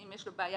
ואם יש לו בעיה,